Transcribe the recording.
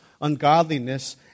ungodliness